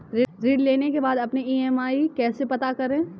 ऋण लेने के बाद अपनी ई.एम.आई कैसे पता करें?